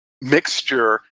mixture